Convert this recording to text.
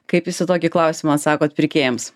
kaip jūs į tokį klausimą atsakot pirkėjams